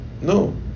No